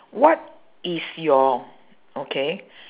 what is your okay